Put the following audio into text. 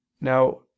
now